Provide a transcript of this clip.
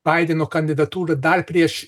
baideno kandidatūrą dar prieš